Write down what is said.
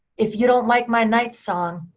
if you don't like my night song,